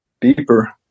deeper